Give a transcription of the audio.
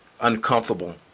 uncomfortable